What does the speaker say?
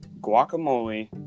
guacamole